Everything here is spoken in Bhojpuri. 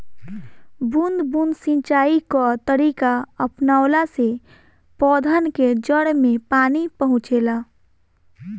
बूंद बूंद सिंचाई कअ तरीका अपनवला से पौधन के जड़ में पानी पहुंचेला